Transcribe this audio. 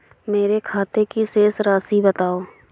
मेरे खाते की शेष राशि बताओ?